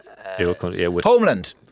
Homeland